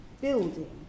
building